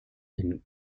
and